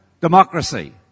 democracy